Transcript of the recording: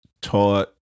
taught